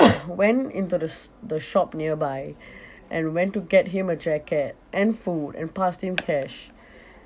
went into the sh~ the shop nearby and went to get him a jacket and food and passed him cash